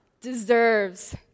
deserves